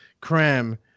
cram